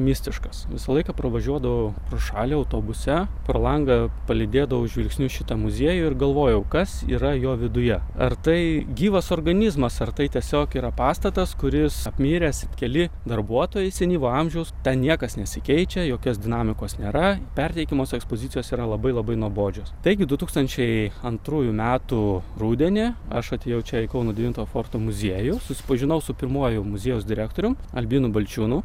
mistiškas visą laiką pravažiuodavau pro šalį autobuse pro langą palydėdavau žvilgsniu į šitą muziejų ir galvojau kas yra jo viduje ar tai gyvas organizmas ar tai tiesiog yra pastatas kuris apmiręs keli darbuotojai senyvo amžiaus ten niekas nesikeičia jokios dinamikos nėra perteikiamos ekspozicijos yra labai labai nuobodžios taigi du tūkstančiai antrųjų metų rudenį aš atėjau čia į kauno devinto forto muziejų susipažinau su pirmuoju muziejaus direktoriumi albinu balčiūnu